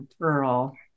girl